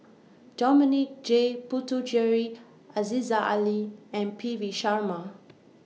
Dominic J Puthucheary Aziza Ali and P V Sharma